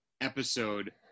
episode